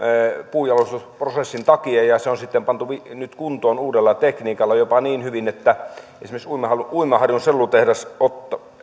puunjalostusprosessin takia ja ja se on sitten pantu nyt kuntoon uudella tekniikalla jopa niin hyvin että esimerkiksi uimaharjun uimaharjun sellutehdas ottaa